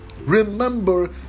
Remember